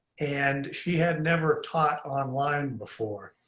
and she had never taught online before.